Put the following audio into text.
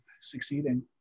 succeeding